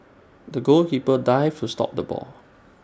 the goalkeeper dived to stop the ball